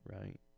right